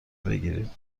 بگیریم